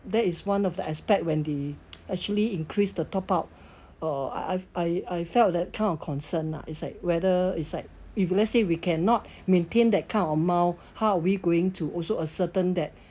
that is one of the aspect when they actually increase the top-up uh I I I felt that kind of concern lah it's like whether it's like if let's say we cannot maintain that kind of amount how are we going to also ascertain that